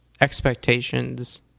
expectations